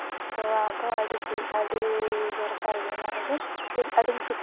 ᱛᱚᱣᱟ ᱫᱚ ᱟᱹᱰᱤ ᱟᱹᱰᱤ ᱫᱚᱨᱠᱟᱨ ᱜᱮᱭᱟ ᱚᱱᱟ ᱞᱟᱹᱜᱤᱫ ᱠᱷᱤᱨ ᱟᱹᱰᱤᱧ ᱠᱩᱥᱤᱭᱟᱜᱼᱟ